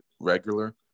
regular